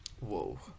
Whoa